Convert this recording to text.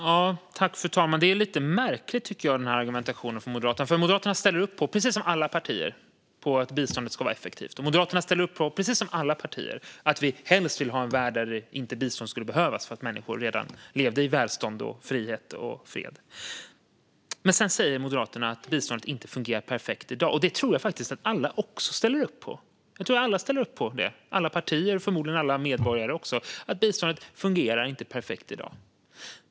Fru talman! Argumentationen från Moderaterna är lite märklig, tycker jag. Moderaterna ställer upp på, precis som alla partier, att biståndet ska vara effektivt. Och Moderaterna ställer upp på, precis som alla partier, att vi helst vill ha en värld där biståndet inte behövs för att människor redan lever i välstånd, frihet och fred. Sedan säger Moderaterna att biståndet inte fungerar perfekt i dag. Det tror jag faktiskt också att alla ställer upp på. Jag tror att alla - alla partier och förmodligen också alla medborgare - ställer upp på att biståndet inte fungerar perfekt i dag.